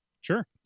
Sure